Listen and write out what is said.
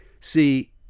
see